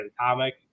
Atomic